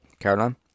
caroline